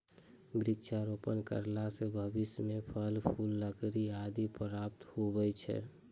वृक्षारोपण करला से भविष्य मे फल, फूल, लकड़ी आदि प्राप्त हुवै छै